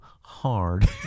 hard